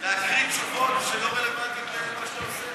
להקריא תשובות שלא רלוונטיות למה שאתה עושה,